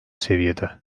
seviyede